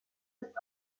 ist